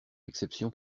l’exception